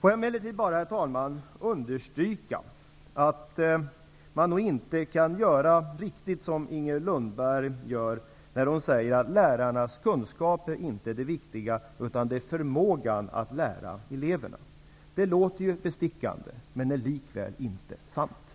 svalget. Jag vill emellertid understryka att man inte riktigt kan säga vad Inger Lundberg har framfört. Hon säger att lärarnas kunskaper inte är det viktiga, utan det är förmågan att lära eleverna. Det låter bestickande, men är likväl inte sant.